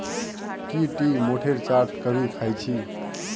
की टी मोठेर चाट कभी ख़या छि